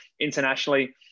internationally